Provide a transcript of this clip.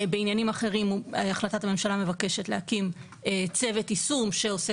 בעניינים אחרים החלטת הממשלה מבקשת להקים צוות יישום שעושה